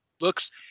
looks